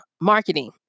marketing